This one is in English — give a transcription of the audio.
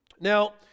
Now